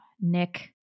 Nick